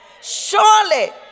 surely